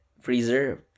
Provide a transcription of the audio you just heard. Freezer